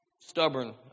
Stubborn